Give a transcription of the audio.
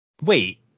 Wait